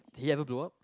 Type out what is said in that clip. did he ever blow up